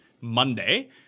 Monday